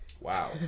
Wow